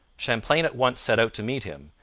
champlain at once set out to meet him,